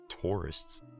tourists